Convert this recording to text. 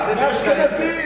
מאשכנזים.